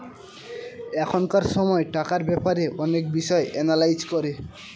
এখনকার সময় টাকার ব্যাপারে অনেক বিষয় এনালাইজ করে